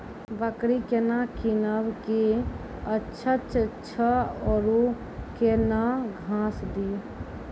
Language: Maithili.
बकरी केना कीनब केअचछ छ औरू के न घास दी?